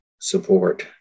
support